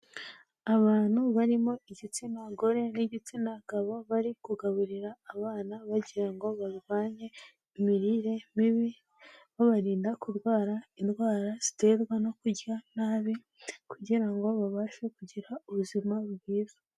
Abantu barimo igitsina gore n'igitsina gabo bari kugaburira abana bagira ngo barwanye imirire mibi, babarinda kurwara indwara ziterwa no kurya nabi kugira ngo babashe kugira ubuzima bwiza.